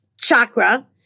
chakra